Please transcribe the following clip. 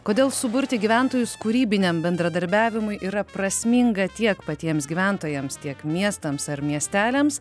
kodėl suburti gyventojus kūrybiniam bendradarbiavimui yra prasminga tiek patiems gyventojams tiek miestams ar miesteliams